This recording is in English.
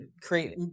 create